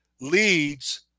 leads